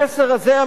המסר הזה,